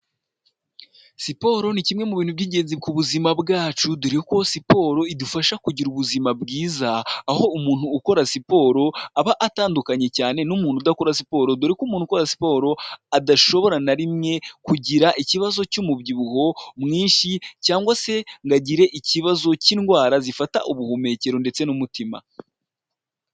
Siporo ni kimwe mu bintu by'ingenzi ku buzima bwacu, dore ko siporo idufasha kugira ubuzima bwiza, aho umuntu ukora siporo aba atandukanye cyane n'umuntu udakora siporo, dore ko umuntu ukora siporo adashobora na rimwe kugira ikibazo cy'umubyibuho mwinshi cyangwa se ngo agire ikibazo cy'indwara zifata ubuhumekero ndetse n'umutima.